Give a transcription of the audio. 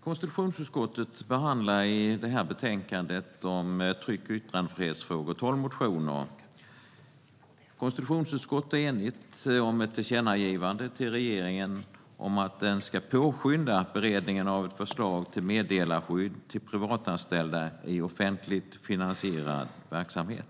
Konstitutionsutskottet behandlar tolv motioner i det här betänkandet om tryck och yttrandefrihetsfrågor. Konstitutionsutskottet är enigt om ett tillkännagivande till regeringen om att påskynda beredningen av ett förslag till meddelarskydd för privatanställda i offentligt finansierad verksamhet.